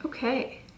Okay